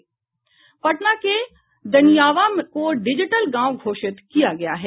पटना के दनियावां को डिजिटल गांव घोषित किया गया है